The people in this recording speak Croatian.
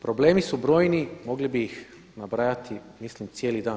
Problemi su brojni, mogli bi ih nabrajati mislim cijeli dan.